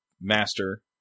master